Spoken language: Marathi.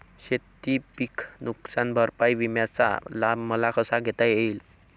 शेतीपीक नुकसान भरपाई विम्याचा लाभ मला कसा घेता येईल?